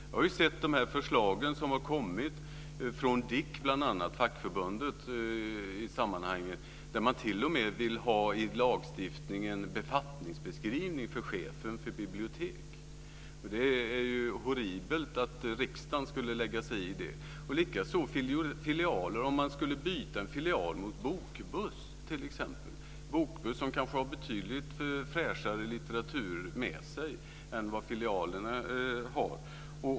Jag har sett de förslag som har kommit från bl.a. fackförbundet DIK, där man t.o.m. i lagstiftningen vill ha en befattningsbeskrivning för chefen för biblioteken. Det är horribelt att riksdagen ska lägga sig i det. Det är på samma sätt om man byter en filial mot en bokbuss, som kanske har betydligt fräschare litteratur med sig än vad filialen har.